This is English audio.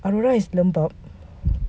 aurora is lembab